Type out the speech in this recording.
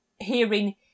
hearing